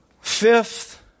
fifth